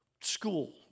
school